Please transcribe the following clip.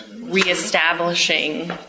reestablishing